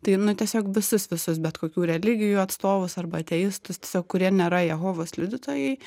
tai nu tiesiog visus visus bet kokių religijų atstovus arba ateistus kurie nėra jehovos liudytojai